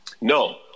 no